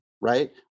right